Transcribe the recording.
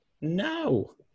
no